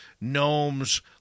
gnomes